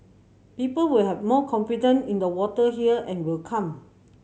people will have more confidence in the water here and will come